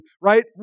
right